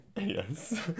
Yes